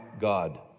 God